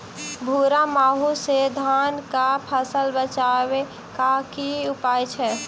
भूरा माहू सँ धान कऽ फसल बचाबै कऽ की उपाय छै?